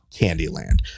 Candyland